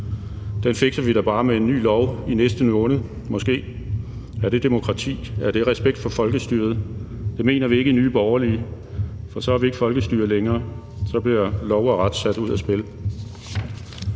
Den fikser vi da bare med en ny lov i næste måned, måske. Er det demokrati? Er det respekt for folkestyret? Det mener vi ikke i Nye Borgerlige, for så har vi ikke folkestyre længere – så bliver lov og ret sat ud af spil.